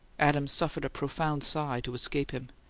adams suffered a profound sigh to escape him.